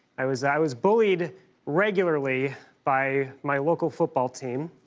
i was i was bullied regularly by my local football team,